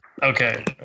Okay